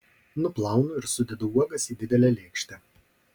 nuplaunu ir sudedu uogas į didelę lėkštę